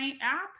app